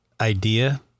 idea